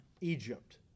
Egypt